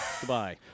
Goodbye